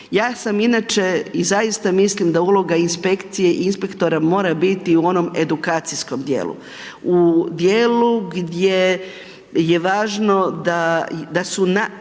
ja sam inače i zaista mislim da uloga inspekcije i inspektora mora biti u onom edukacijskom dijelu, u dijelu gdje je važno da su